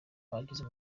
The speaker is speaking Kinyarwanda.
bagize